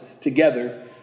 together